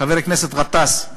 חבר הכנסת גטאס,